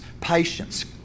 patience